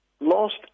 last